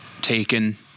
taken